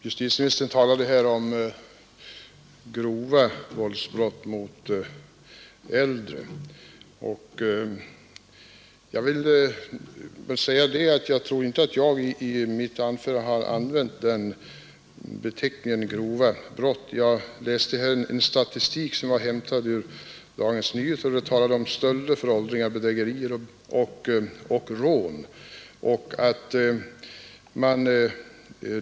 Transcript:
Jag läste ur en statistik som var hämtad från Dagens Nyheter, där man tog upp stölder, bedrägerier och rån mot åldringar.